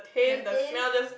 the taste